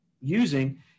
using